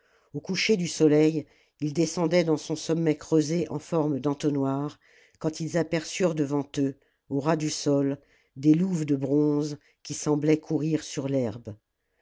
au coucher du soleil ils descendaient dans son sommet creusé en forme d'entonnoir quand ils aperçurent devant eux à ras du sol des louves de bronze qui semblaient courir sur l'herbe